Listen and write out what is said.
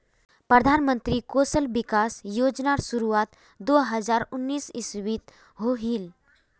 प्रधानमंत्री कौशल विकाश योज्नार शुरुआत दो हज़ार उन्नीस इस्वित होहिल